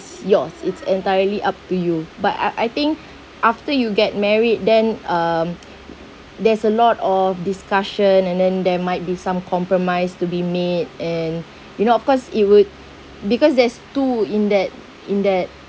yours it's entirely up to you but I I think after you get married then um there's a lot of discussion and then there might be some compromise to be made and you know of course it would because there's two in that in that